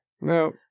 No